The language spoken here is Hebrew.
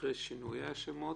דקל גולן, קרדיטפלייס.